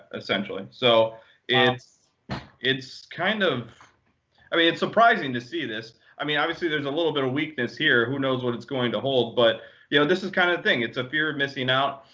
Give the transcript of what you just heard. essentially. so it's it's kind of i mean, it's surprising to see this. i mean obviously there's a little bit of weakness here. who knows what it's going to hold. but you know this is kind of thing. it's a fear of missing out.